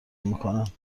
میکنم